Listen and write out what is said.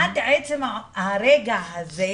עד עצם הרגע הזה,